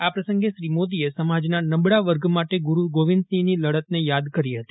આ પ્રસંગે શ્રી મોદીએ સમાજના નબળા વર્ગ માટે ગુરૂ ગોવિંદસિંહની લડતને યાદ કરી હતી